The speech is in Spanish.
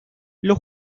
los